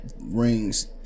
rings